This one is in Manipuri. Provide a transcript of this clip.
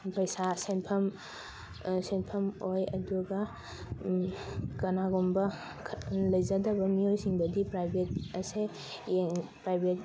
ꯄꯩꯁꯥ ꯁꯦꯟꯐꯝ ꯁꯦꯟꯐꯝ ꯑꯣꯏ ꯑꯗꯨꯒ ꯀꯅꯥꯒꯨꯝꯕ ꯂꯩꯖꯗꯕ ꯃꯤꯑꯣꯏꯁꯤꯡꯗꯗꯤ ꯄ꯭ꯔꯥꯏꯚꯦꯠ ꯑꯁꯦ ꯄ꯭ꯔꯥꯏꯚꯦꯠ